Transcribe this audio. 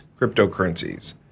cryptocurrencies